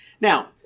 Now